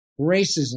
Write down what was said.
racism